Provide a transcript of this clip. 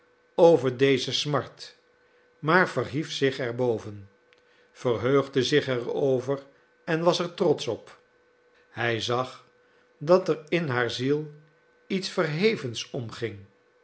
over deze smart maar verhief zich er boven verheugde zich er over en was er trotsch op hij zag dat er in haar ziel iets verhevens omging